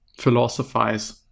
philosophize